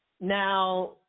Now